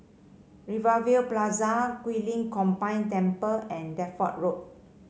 Rivervale Plaza Guilin Combined Temple and Deptford Road